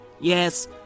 Yes